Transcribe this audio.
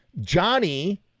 Johnny